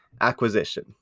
acquisition